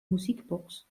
musikbox